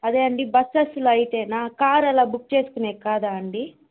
అదే అండీ బస్సెస్లో అయితేనా కార్ అలా బుక్ చేసుకునే క్కాదా అండీ